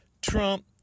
Trump